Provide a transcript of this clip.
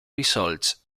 results